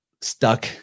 stuck